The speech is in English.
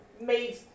made